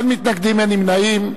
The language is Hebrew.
אין מתנגדים, אין נמנעים.